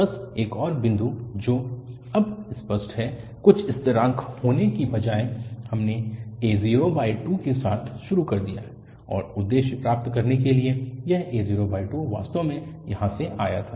बस एक और बिंदु जो अब स्पष्ट है कुछ स्थिरांक होने की बजाय हमने a02 के साथ शुरू कर दिया है और उद्देश्य प्राप्त करने के लिए यह a02 वास्तव में यहाँ से आया था